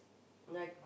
like